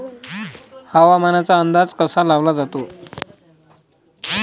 हवामानाचा अंदाज कसा लावला जाते?